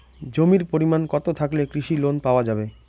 জমির পরিমাণ কতো থাকলে কৃষি লোন পাওয়া যাবে?